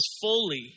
fully